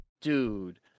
Dude